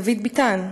דוד ביטן.